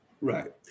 Right